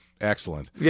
Excellent